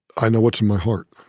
i know what's in my heart.